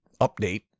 update